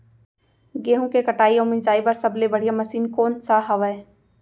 गेहूँ के कटाई अऊ मिंजाई बर सबले बढ़िया मशीन कोन सा हवये?